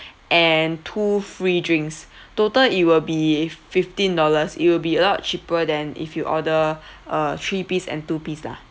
and two free drinks total it'll be fifteen dollars it will be a lot cheaper than if you order a three piece and two piece lah